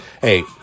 Hey